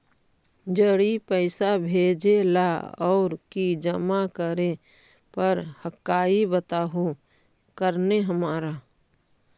जड़ी पैसा भेजे ला और की जमा करे पर हक्काई बताहु करने हमारा?